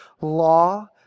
law